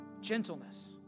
gentleness